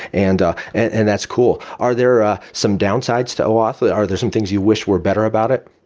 and and that's cool. are there ah some downsides to oauth? like are there some things you wish were better about it?